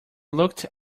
looked